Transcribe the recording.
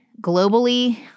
globally